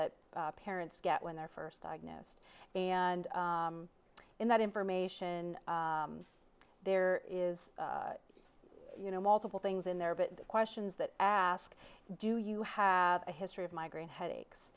that parents get when they're first diagnosed and in that information there is you know multiple things in there but the questions that ask do you have a history of migraine headaches